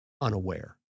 unaware